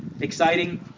exciting